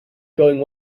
going